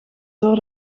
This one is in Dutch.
door